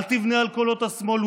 אל תבנה על קולות השמאל,